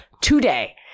today